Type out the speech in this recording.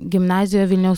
gimnazijoje vilniaus